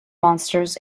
monsters